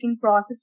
process